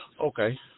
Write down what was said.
Okay